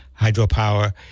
hydropower